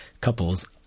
couples